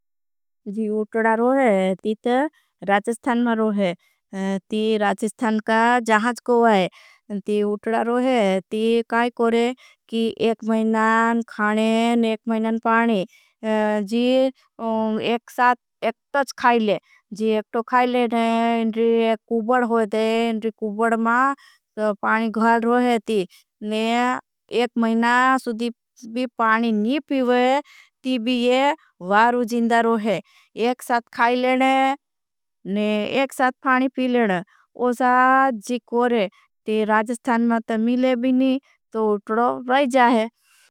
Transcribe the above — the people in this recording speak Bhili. उठड़ा रोहे तीतर राचिस्थान में रोहे ती राचिस्थान। का जहाँज कोई ती उठड़ा रोहे ती काई कोरे की एक मेनान खाने ने। एक मेनान पानी जी एक साथ एक तोझ खाईले। जी एक तोझ खाईले ने इन्री कुबड होगे इन्री कुबड मां पानी ग है एक। साथ खाईलेने ने एक साथ पानी पीलेने उसाद। जी कोरे ती राचिस्थान में तमीले भी नी तो उठड़ा रोहे जाए।